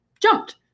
jumped